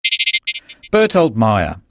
bertolt meyer,